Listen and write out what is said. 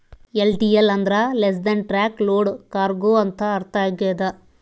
LTL ಅಂದ್ರ less than truck load cargo ಅಂತ ಅರ್ಥ ಆಗ್ಯದ